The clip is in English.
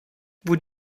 would